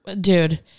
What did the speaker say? dude